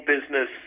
business